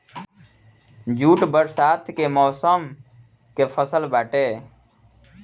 jute बरसात के मौसम कअ फसल बाटे